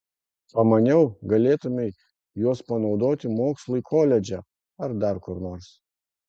pamaniau galėtumei juos panaudoti mokslui koledže ar dar kur nors